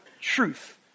truth